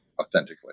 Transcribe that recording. authentically